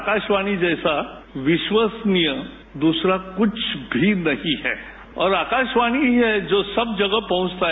आकाशवाणी जैसा विश्वसनीय दूसरा कुछ भी नहीं है और आकाशवाणी ही है जो सब जगह पह चता है